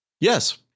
Yes